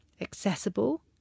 accessible